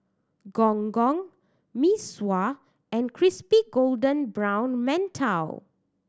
Gong Gong Mee Sua and crispy golden brown mantou